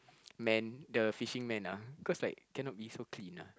man the fishing man ah cause like cannot be so clean ah